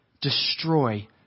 Destroy